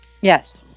Yes